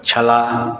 छलाह